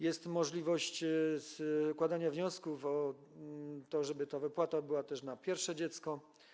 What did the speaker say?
Jest możliwość składania wniosków, żeby ta wyplata była też na pierwsze dziecko.